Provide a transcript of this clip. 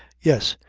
yes.